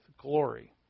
glory